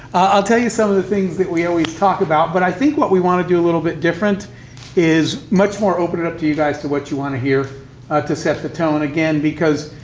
i'll tell you some of the things that we always talk about, but i think what we want to do a little bit different is much more open it up to you guys to what you want to hear to set the tone. again, because,